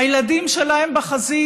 הילדים שלהם בחזית